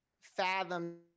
fathom